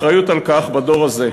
אחריות על כך בדור הזה.